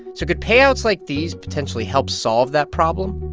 so could payouts like these potentially help solve that problem?